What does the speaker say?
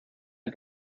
sat